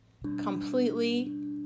completely